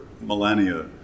millennia